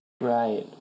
Right